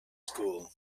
school